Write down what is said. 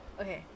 Okay